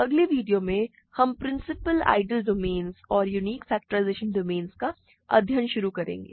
अगले वीडियो में हम प्रिंसिपल आइडियल डोमेन्स और यूनिक फेक्टराइज़शन डोमेन्स का अध्ययन शुरू करेंगे